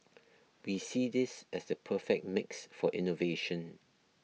we see this as the perfect mix for innovation